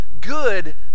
good